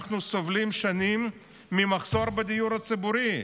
אנחנו סובלים שנים ממחסור בדיור הציבורי.